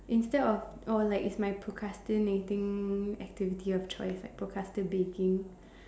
instead of or like it's like my procrastinating activity of choice like procrasti~ baking